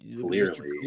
Clearly